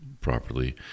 properly